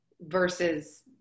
versus